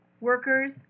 workers